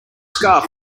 scarf